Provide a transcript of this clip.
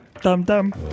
Dum-dum